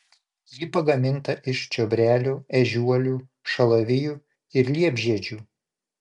ji pagaminta iš čiobrelių ežiuolių šalavijų ir liepžiedžių